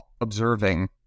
observing